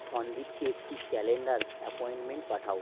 সন্দীপকে একটি calendar appointment পাঠাও